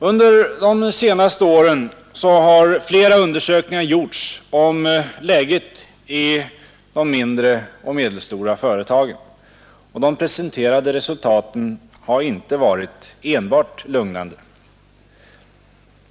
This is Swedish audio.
Under de senaste åren har flera undersökningar gjorts om läget i de mindre och medelstora företagen, och de presenterade resultaten har inte varit enbart lugnande.